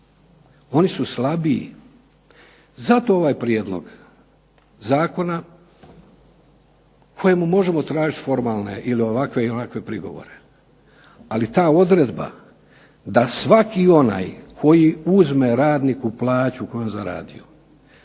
Oni su slabiji. Zato ovaj prijedlog zakona kojemu možemo tražiti formalne ili ovakve ili onakve prigovore, ali ta odredba da svaki onaj koji uzme radniku plaću koju je zaradio,